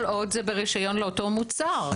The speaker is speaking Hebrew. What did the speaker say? כל עוד זה ברשיון לאותו מוצר.